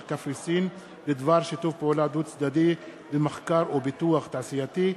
קפריסין בדבר שיתוף פעולה דו-צדדי במחקר ופיתוח תעשייתי,